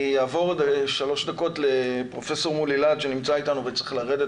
אני אעבור לפרופ' מולי להט שנמצא איתנו בזום,